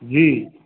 जी